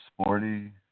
sporty